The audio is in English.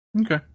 Okay